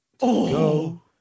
go